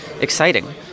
exciting